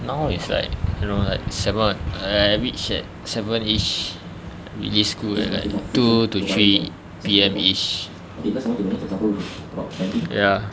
now is like you know like seven err I reach at seven ish release school at like two to three P_M ish ya